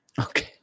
Okay